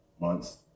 months